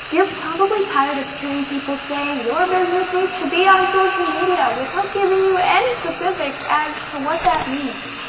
you're probably tired of hearing people say your business needs to be on social media without giving you any specifics as to what that means.